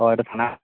অঁ এইটো থানা